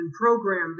programmed